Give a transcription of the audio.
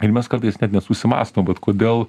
ir mes kartais net nesusimąstom vat kodėl